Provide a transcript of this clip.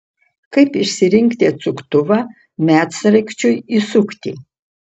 kaip išsirinkti atsuktuvą medsraigčiui įsukti